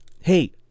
hey